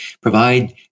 provide